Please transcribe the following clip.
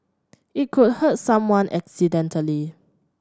it could hurt someone accidentally